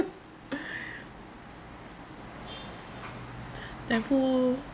then who